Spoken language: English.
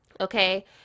okay